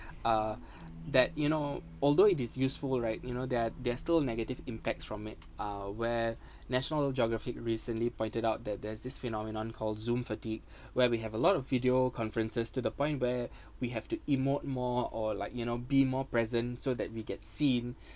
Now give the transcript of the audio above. uh that you know although it is useful right you know that there are still negative impacts from it uh where national geographic recently pointed out that there's this phenomenon called zoom fatigue where we have a lot of video conferences to the point where we have to emote more or like you know be more present so that we get seen